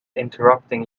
interrupting